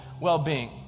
well-being